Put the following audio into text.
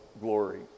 glory